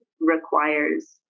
requires